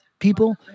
people